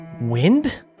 wind